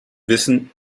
wissen